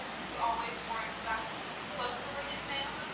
who always wore a black cloak over his mail?